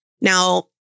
Now